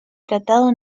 tratado